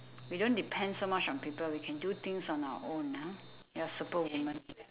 we don't depend so much on people we can do things on our own ah you're super woman